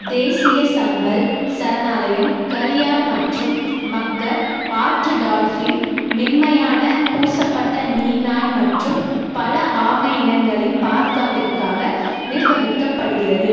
தேசிய சம்பல் சரணாலயம் கரியால் மற்றும் மக்கர் ஆற்று டால்ஃபின் மென்மையான பூசப்பட்ட நீர்நாய் மற்றும் பல ஆமை இனங்களின் பாதுகாப்பிற்காக நிர்வகிக்கப்படுகிறது